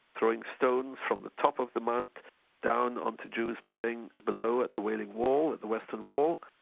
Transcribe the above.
throwing stones from the top of the mount down onto jews praying below at the wailing wall, the western wall,